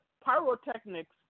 pyrotechnics